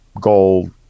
gold